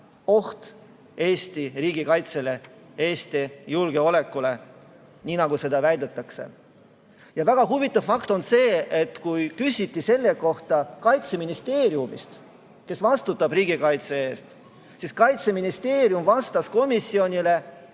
oht Eesti riigikaitsele, Eesti julgeolekule, nii nagu väidetakse? Väga huvitav fakt on see, et kui küsiti selle kohta Kaitseministeeriumist, kes vastutab riigikaitse eest, siis Kaitseministeerium vastas komisjonile,